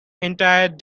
entire